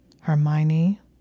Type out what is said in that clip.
Hermione